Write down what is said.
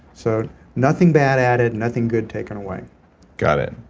so nothing bad added, nothing good taken away got it.